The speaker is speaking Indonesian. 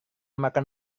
makan